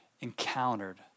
encountered